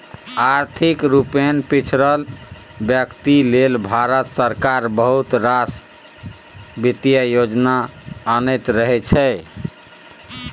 आर्थिक रुपे पिछरल बेकती लेल भारत सरकार बहुत रास बित्तीय योजना अनैत रहै छै